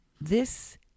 This